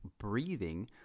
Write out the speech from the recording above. breathing